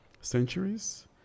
centuries